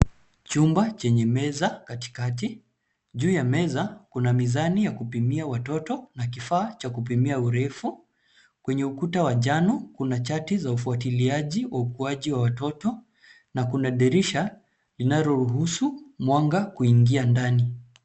Chumba chenye meza katikati. Juu ya meza kuna mizani ya kupimia watoto na kifaa cha kupimia urefu. Kwenye ukuta wa njano kuna chati za ufuatiliaji wa ukuaji wa watoto na kuna dirisha linaloruhusu mwanga kuingia ndani.